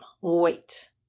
wait